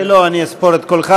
לא, אני אספור את קולך.